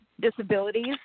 disabilities